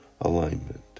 alignment